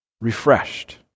refreshed